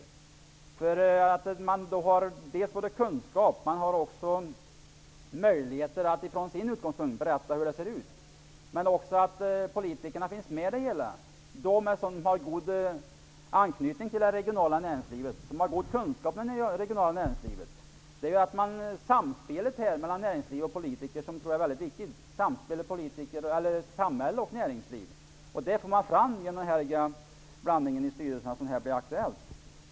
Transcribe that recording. Då får man tillgång till kunskap från näringslivet, som också får möjlighet att utifrån sin utgångspunkt berätta hur det ser ut. Men politikerna är också med. De får god anknytning till det regionala näringslivet och får god kunskap om det. Jag tror det är mycket viktigt med samspelet mellan näringliv och samhälle. Det får man fram med den blandning i styrelserna som här blir aktuell.